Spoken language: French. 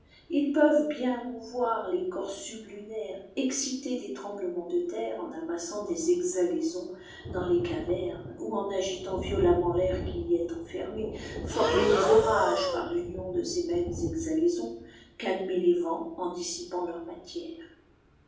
poyenne ilsjuvent bien mouvoir les corps sublunaires eîcîter des tremblements de terre en amassant des exhalaisons dans les cavernes ou en agitant violemment l'air qui y est renfermé former des orages par l'union de ces mêmes exhalaisons calmer les vents en dissipant leur matière